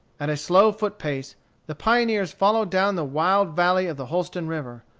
at a slow foot-pace the pioneers followed down the wild valley of the holston river,